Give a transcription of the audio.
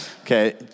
Okay